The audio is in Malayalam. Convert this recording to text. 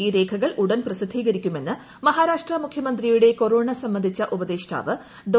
ഈ രേഖകൾ ഉടൻ പ്രസിദ്ധീകരിക്കുമെന്നും മഹാരാഷ്ട്ര മുഖ്യമന്ത്രിയുടെ കൊറോണ സംബന്ധിച്ച ഉപദേശ്ഷ്ഠാവ് ഡോ